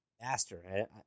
Master